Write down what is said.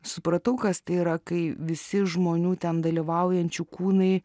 supratau kas tai yra kai visi žmonių ten dalyvaujančių kūnai